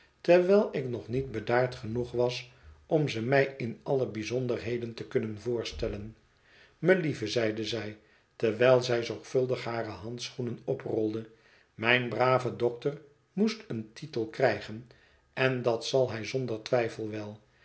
terwijl ik nog niet bedaard genoeg was om ze mij in alle bijzonderheden te kunnen voorstellen melieve zeide zij terwijl zij zorgvuldig hare handschoenen oprolde mijn brave dokter moest een titel krijgen en dat zal hij zonder twijfel wel